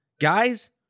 Guys